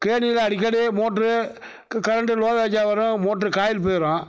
கேணியில் அடிக்கடி motor current low voltage வரும் மோட்ரு காயில் போயிடும்